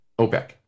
OPEC